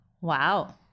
Wow